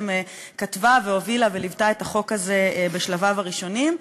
כתבה והובילה וליוותה את החוק הזה בשלביו הראשונים.